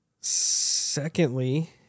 Secondly